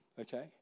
Okay